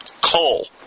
Coal